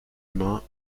humains